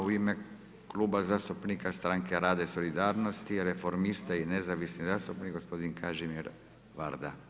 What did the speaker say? U ime Kluba zastupnika Stranke rada i solidarnosti, Reformista i nezavisnih zastupnika, gospodin Kažimir Varda.